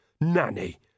Nanny